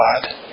God